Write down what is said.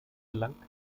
gelangt